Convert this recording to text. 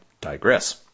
digress